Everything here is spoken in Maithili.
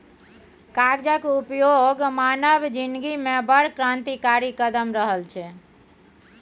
कागजक उपयोग मानव जिनगीमे बड़ क्रान्तिकारी कदम रहल छै